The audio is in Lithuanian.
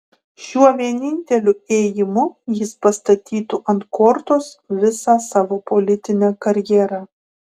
šiuo vieninteliu ėjimu jis pastatytų ant kortos visą savo politinę karjerą